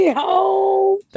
home